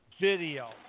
video